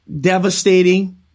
Devastating